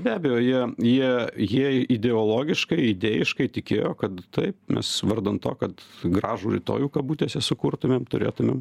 be abejo jie jie jie ideologiškai idėjiškai tikėjo kad taip mes vardan to kad gražų rytojų kabutėse sukurtumėm turėtumėm